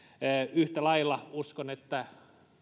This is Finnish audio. yhtä lailla uskon että